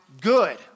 good